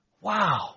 Wow